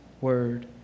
word